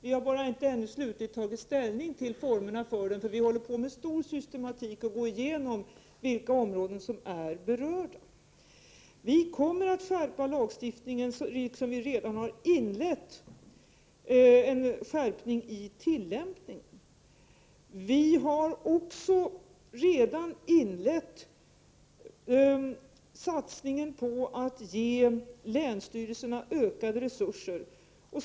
Vi har bara inte ännu tagit slutlig ställning till formerna för den. Vi går med stor systematik igenom vilka områden som är berörda. Vi kommer att skärpa lagstiftningen, och vi har redan inlett en skärpning av tillämpningen. Vi har också redan inlett satsningen på att ge länsstyrelserna ökade resurser.